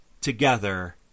together